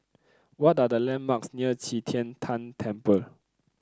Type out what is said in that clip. what are the landmarks near Qi Tian Tan Temple